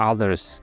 Others